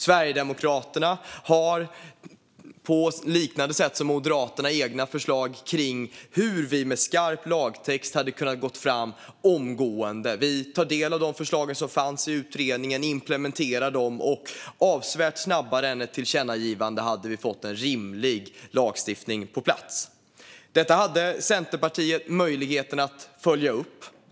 Sverigedemokraterna har på liknande sätt som Moderaterna egna förslag kring hur vi med skarp lagtext hade kunnat gå fram omgående. Vi tar del av de förslag som finns i utredningen och implementerar dem. Vi hade kunnat få en rimlig lagstiftning på plats avsevärt snabbare än ett tillkännagivande. Detta hade Centerpartiet möjligheten att följa upp.